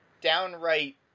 downright